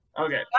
Okay